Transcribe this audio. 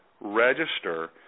register